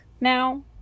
now